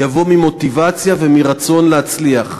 יבוא ממוטיבציה ומרצון להצליח.